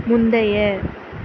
முந்தைய